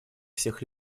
всех